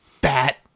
Bat